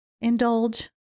indulge